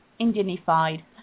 Indianified